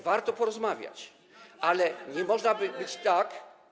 Warto porozmawiać, ale nie może być tak.